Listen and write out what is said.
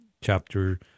chapter